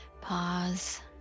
pause